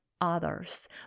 others